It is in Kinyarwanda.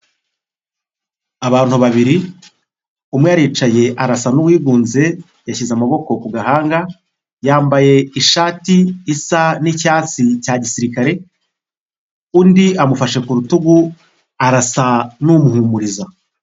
Abantu babiri umwe aricaye arasa n'uwigunze yashyize amaboko ku gahanga yambaye ishati isa n'icyatsi cya gisirikare, undi amufashe ku rutugu arasa n'umuhumuriza.